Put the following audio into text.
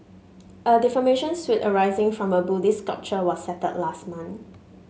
a defamation suit arising from a Buddhist sculpture was settled last month